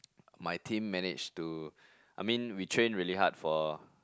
my team managed to I mean we train really hard for